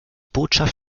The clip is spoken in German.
botschaft